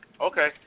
Okay